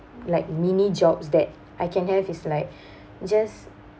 like mini jobs that I can have is like just